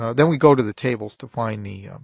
then we go to the tables to find the,